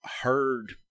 heard